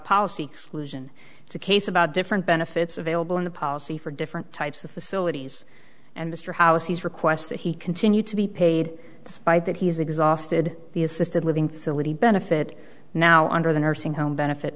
policy solution it's a case about different benefits available in the policy for different types of facilities and mr house's request that he continue to be paid despite that he's exhausted the assisted living facility benefit now under the nursing home benefit